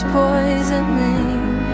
poisoning